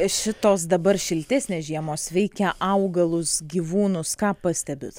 šitos dabar šiltesnės žiemos veikia augalus gyvūnus ką pastebit